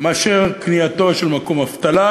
נמוכה מקניית מקום אבטלה,